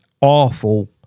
awful